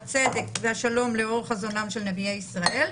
הצדק והשלום לאור חזונם של נביאי ישראל,